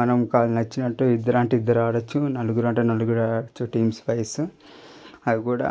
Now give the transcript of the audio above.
మనం కా నచ్చినట్టు ఇద్దరంటే ఇద్దరు ఆడచ్చు నలుగురంటే నలుగురు ఆడచ్చు టీమ్స్వైస్ అవి కూడ